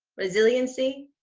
resiliency,